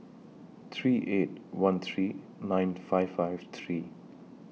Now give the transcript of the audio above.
three eight one three nine five five three